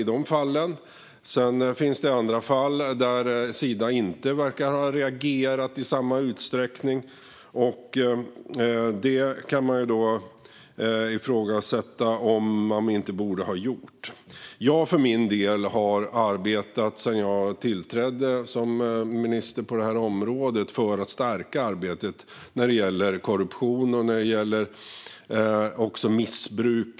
Sedan finns det andra fall där Sida inte verkar ha reagerat i samma utsträckning. Det kan man ifrågasätta om de inte borde ha gjort. För min del har jag sedan jag tillträdde som minister på det här området arbetat för att stärka arbetet mot korruption och missbruk.